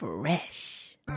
Fresh